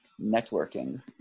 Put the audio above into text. networking